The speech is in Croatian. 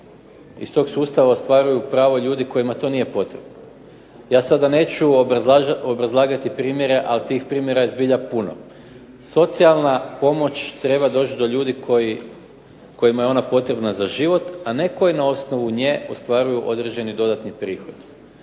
iz tog sustava pravo ljudi kojima to nije potrebno. Ja sada neću obrazlagati primjere, a tih primjera je zbilja puno. Socijalna pomoć treba doći do ljudi kojima je ona potrebna za život, a ne koji na osnovu nje ostvaruju dodatni prihod.